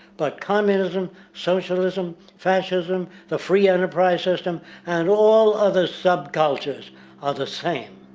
but communism, socialism, fascism, the free enterprise-system and all other sub-cultures are the same.